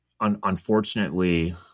unfortunately